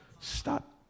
Stop